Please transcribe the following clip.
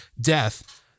death